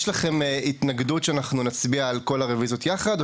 יש לכם התנגדות שאנחנו נצביע על כל הרוויזיות יחד?